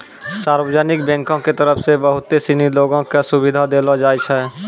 सार्वजनिक बैंको के तरफ से बहुते सिनी लोगो क सुविधा देलो जाय छै